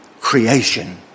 creation